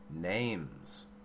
names